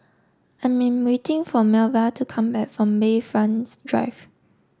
I am waiting for Melba to come back from Bayfront's Drive